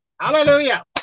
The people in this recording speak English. Hallelujah